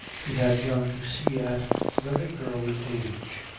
he had gone to sea at a very early age.